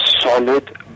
solid